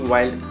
Wild